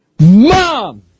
Mom